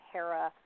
Hera